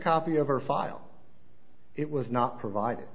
copy of her file it was not provided